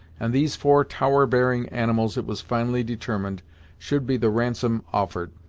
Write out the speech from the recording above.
and these four tower-bearing animals it was finally determined should be the ransom offered.